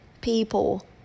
people